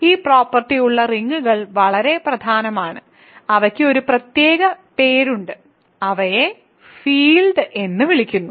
ഈ പ്രോപ്പർട്ടി ഉള്ള റിങ്ങുകൾ വളരെ പ്രധാനമാണ് അവയ്ക്ക് ഒരു പ്രത്യേക പേരുണ്ട് അവയെ ഫീൽഡുകൾ എന്ന് വിളിക്കുന്നു